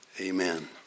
Amen